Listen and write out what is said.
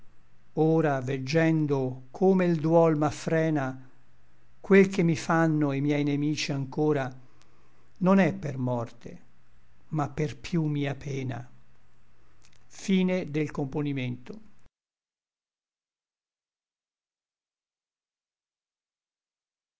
ora veggendo come l duol m'affrena quel che mi fanno i miei nemici anchora non è per morte ma per piú mia pena poi